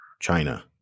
China